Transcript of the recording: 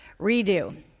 redo